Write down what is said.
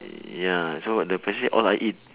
ya so what the percentage all I eat